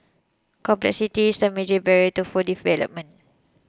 complexity is a major barrier to full deployment